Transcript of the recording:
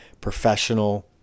professional